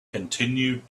continued